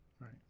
Right